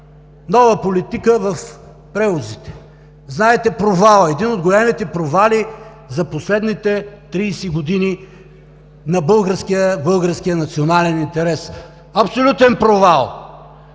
нова политика в превозите. Знаете провала, един от големите провали за последните 30 години на българския национален интерес. Абсолютен провал!